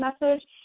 message